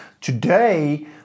Today